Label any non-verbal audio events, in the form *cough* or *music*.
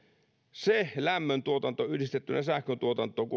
se lämmöntuotanto yhdistettynä sähköntuotantoon *unintelligible*